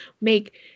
make